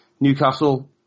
Newcastle